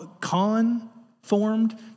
Conformed